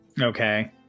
Okay